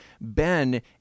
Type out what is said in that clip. Ben